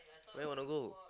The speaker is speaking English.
where wanna go